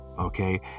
Okay